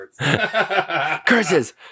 Curses